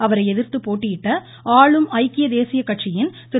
அவரை எதிர்த்து போட்டியிட்ட ஆளும் ஐக்கிய தேசிய கட்சியின் திரு